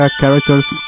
characters